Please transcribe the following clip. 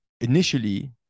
initially